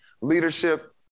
leadership